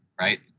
right